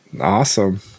Awesome